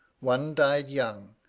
one died young,